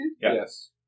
Yes